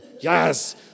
Yes